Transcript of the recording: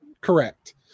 Correct